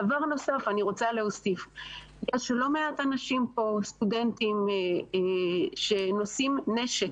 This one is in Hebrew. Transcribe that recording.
דבר נוסף, יש לא מעט סטודנטים פה שנושאים נשק,